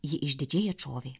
ji išdidžiai atšovė